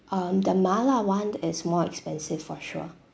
um the mala [one] is more expensive for sure